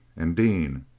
and dean.